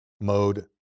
mode